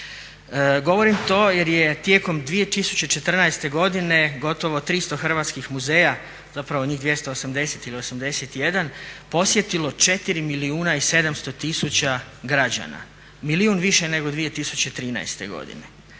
Govorim to jer je tijekom 2014. godine gotovo 300 hrvatskih muzeja, zapravo njih 280 ili 281 posjetilo 4 milijuna i 700 tisuća građana. Miliju više nego 2013. godine.